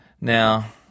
Now